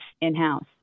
in-house